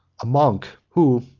a monk, who,